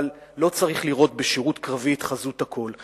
אבל לא צריך לראות בשירות קרבי את חזות הכול.